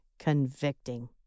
convicting